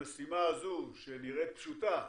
המשימה הזו, שנראית פשוטה,